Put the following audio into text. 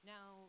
Now